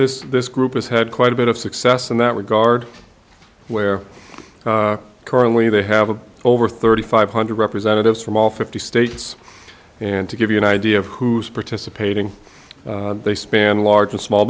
this this group has had quite a bit of success in that regard where currently they have a over thirty five hundred representatives from all fifty states and to give you an idea of who's participating they span large and small